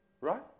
right